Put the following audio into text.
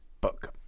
book